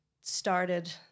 started